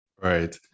Right